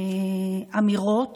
אמירות